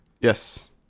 Yes